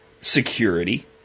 security